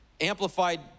Amplified